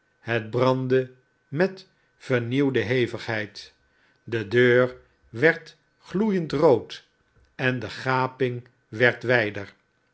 het brandde met vernieuwde hevigheid de deur werd gloeiend rood en de gaping werd wijder